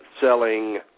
selling